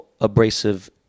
abrasive